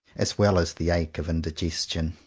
as well as the ache of indigestion.